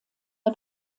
der